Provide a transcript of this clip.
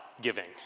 giving